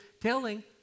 telling